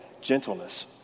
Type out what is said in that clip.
Gentleness